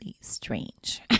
strange